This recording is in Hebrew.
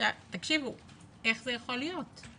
איך זה יכול להיות?